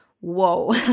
whoa